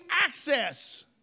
access